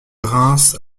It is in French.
reims